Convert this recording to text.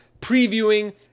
previewing